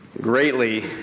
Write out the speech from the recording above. greatly